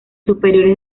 superiores